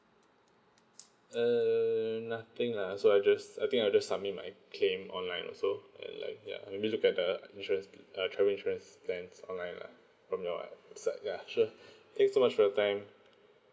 err in a pink uh so just a thing I just submit my came all right so uh if you look at a interesting err courage dress thanks alright from your it's a ya sure okay so sure guy right